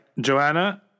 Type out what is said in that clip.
Joanna